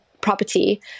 property